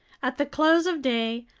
at the close of day,